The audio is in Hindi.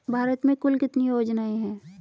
भारत में कुल कितनी योजनाएं हैं?